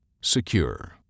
Secure